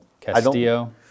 Castillo